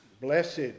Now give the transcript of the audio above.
Blessed